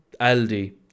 Aldi